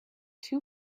too